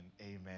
amen